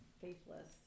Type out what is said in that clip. faithless